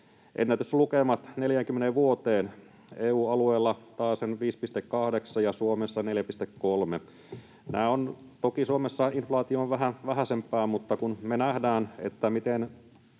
ennätyslukemat 40 vuoteen. EU-alueella taasen 5,8 ja Suomessa 4,3. Toki Suomessa inflaatio on vähän vähäisempää, mutta me nähdään, miten